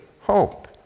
hope